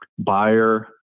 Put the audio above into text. buyer